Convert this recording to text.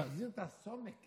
תחזיר את הסומק